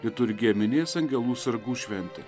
liturgija minės angelų sargų šventę